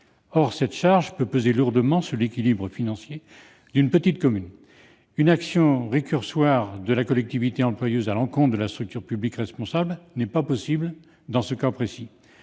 Or cette charge peut peser lourdement sur l'équilibre financier d'une petite commune. Une action récursoire de la collectivité employeuse à l'encontre de la structure publique responsable n'est pas possible dans ce cas précis.